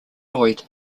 lloyd